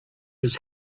his